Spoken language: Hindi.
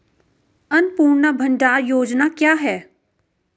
अन्नपूर्णा भंडार योजना क्या है?